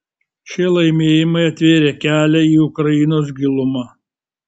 šie laimėjimai atvėrė kelią į ukrainos gilumą